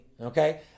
okay